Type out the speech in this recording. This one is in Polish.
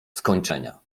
skończenia